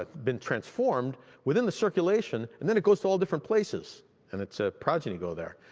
ah been transformed within the circulation and then it goes to all different places and its ah progeny go there.